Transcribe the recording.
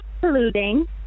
polluting